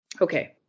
Okay